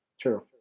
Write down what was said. True